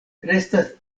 restas